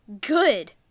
good